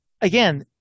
again